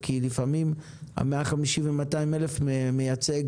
כי לפעמים 150,000 ו-200,000 מייצג